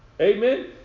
Amen